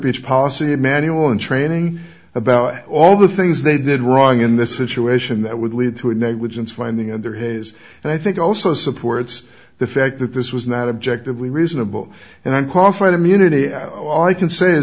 beach policy manual in training about all the things they did wrong in this situation that would lead to a negligence finding under hayes and i think also supports the fact that this was not objective we reasonable and i'm qualified immunity as all i can say